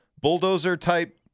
bulldozer-type